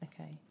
Okay